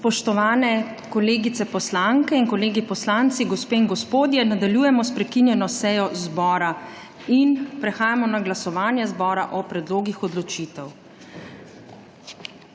Spoštovane kolegice poslanke in kolegi poslanci, gospe in gospodje, nadaljujemo s prekinjeno sejo zbora. Prehajamo na glasovanje zbora o predlogih odločitev.